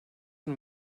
and